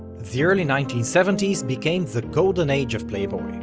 the early nineteen seventy s became the golden age of playboy,